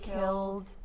killed